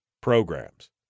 programs